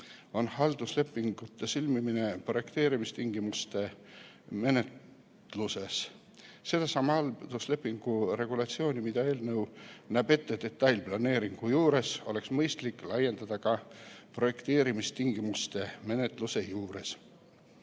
on halduslepingute sõlmimine projekteerimistingimuste menetluses. Sedasama halduslepingu regulatsiooni, mida eelnõu näeb ette detailplaneeringu juures, oleks mõistlik laiendada ka projekteerimistingimuste menetluse juures.